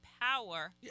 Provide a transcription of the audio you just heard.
power